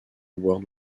world